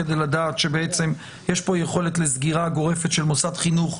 כדי לדעת שיש פה יכולת לסגירה גורפת של מוסד חינוך,